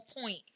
point